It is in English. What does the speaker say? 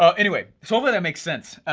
ah anyway, so hopefully that makes sense.